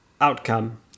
outcome